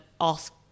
ask